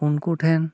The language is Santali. ᱩᱱᱠᱩ ᱴᱷᱮᱱ